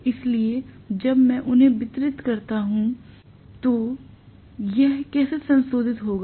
इसलिए जब मैं वितरित करता हूं तो यह कैसे संशोधित होता है